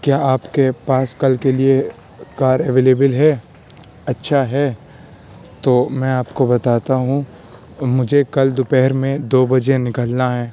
کیا آپ کے پاس کل کے لیے کار اویلیبل ہے اچھا ہے تو میں آپ کو بتاتا ہوں مجھے کل دوپہر میں دو بجے نکلنا ہے